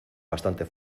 bastante